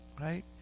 right